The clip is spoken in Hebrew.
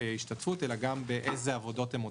ההשתתפות אלא גם באילו עבודות הם מוצאים,